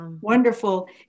wonderful